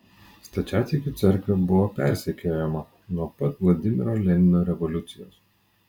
stačiatikių cerkvė buvo persekiojama nuo pat vladimiro lenino revoliucijos